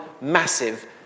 massive